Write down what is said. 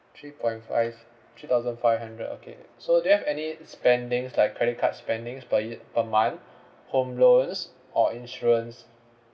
three point five three thousand five hundred okay so do you have any spendings like credit card spendings per ye~ per month home loans or insurance